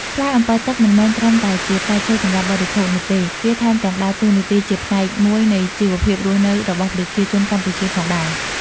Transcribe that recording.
ផ្លែអម្ពិលទឹកមិនមែនត្រឹមតែជាផ្លែឈើសម្រាប់បរិភោគនោះទេ វាថែមទាំងដើរតួនាទីជាផ្នែកមួយនៃជីវភាពរស់នៅរបស់ប្រជាជនកម្ពុជាផងដែរ។